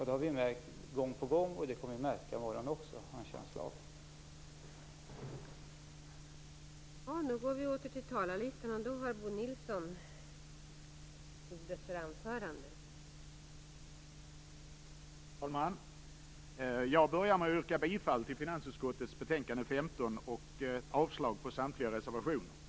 Det har vi märkt gång på gång, och jag har en känsla av att vi kommer att märka det i morgon också.